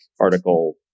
article